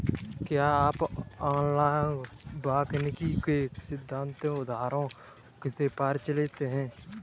क्या आप एनालॉग वानिकी के सैद्धांतिक आधारों से परिचित हैं?